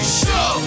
show